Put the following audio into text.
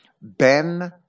Ben